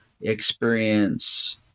experience